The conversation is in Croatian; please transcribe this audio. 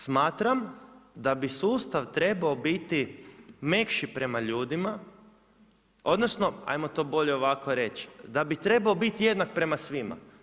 Smatram da bi sustav trebao biti mekši prema ljudima, odnosno, ajmo to bolje ovako reći, da bi trebao biti jednak prema svima.